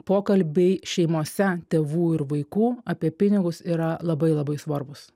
pokalbiai šeimose tėvų ir vaikų apie pinigus yra labai labai svarbūs